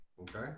Okay